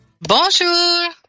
Bonjour